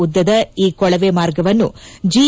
ಉದ್ದದ ಈ ಕೊಳವೆ ಮಾರ್ಗವನ್ನು ಜಿ